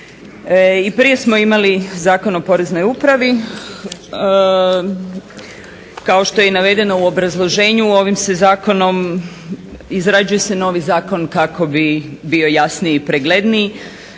I prije smo imali Zakon o Poreznoj upravi. Kao što je i navedeno u obrazloženju, ovim se zakonom, izrađuje se novi zakon kako bi bio jasniji i pregledniji